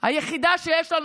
היחידה שיש לנו,